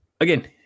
again